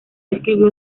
escribió